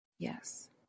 Yes